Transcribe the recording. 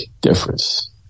difference